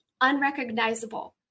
unrecognizable